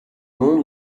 moon